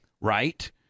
right